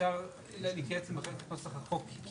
אפשר להתייעץ עם כותבת נוסח החוק.